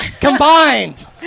Combined